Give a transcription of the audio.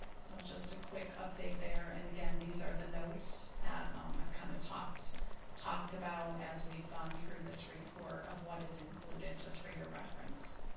so, just a quick update there, and again, these are notes that i've kinda talked talked about as we've gone through this report of what is included just for your reference,